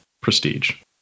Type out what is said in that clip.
prestige